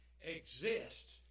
exists